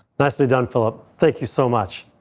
nicely done phillip. thank you so much.